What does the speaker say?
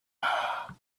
hookah